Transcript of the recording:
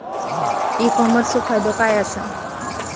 E कॉमर्सचो फायदो काय असा?